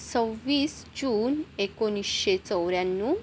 सव्वीस जून एकोणिसशे चौऱ्याण्णव